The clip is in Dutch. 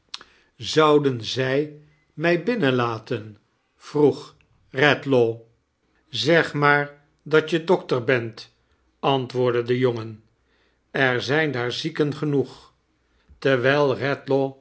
zouden ze mij binnen laten vroeg redlaw zeg maar dat je dokter bent antwoordde de jongen er zijn daar zieken genoeg terwijl redlaw